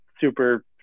super